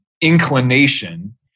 inclination